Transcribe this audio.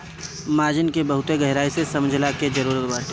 margin के बहुते गहराई से समझला के जरुरत बाटे